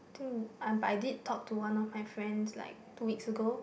but I did talk to one of my friends like two weeks ago